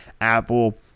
Apple